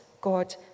God